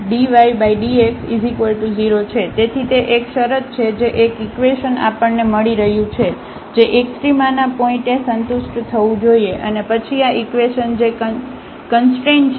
તેથી તે એક શરત છે જે એક ઇકવેશન આપણને મળી રહ્યું છે જે એક્સ્ટ્રામાના પોઇન્ટએ સંતુષ્ટ થવું જોઈએ અને પછી આ ઇકવેશન જે કંસટ્રેન છે તે xy0